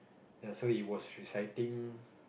ya so he was reciting